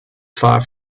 far